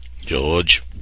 George